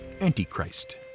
Antichrist